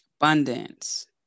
abundance